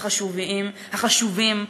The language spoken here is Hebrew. החשובים,